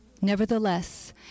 Nevertheless